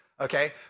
Okay